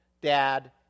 Dad